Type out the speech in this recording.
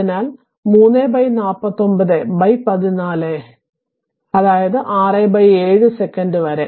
അതിനാൽ 349 14 അതായതു 67 സെക്കൻറ് വരെ